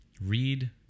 Read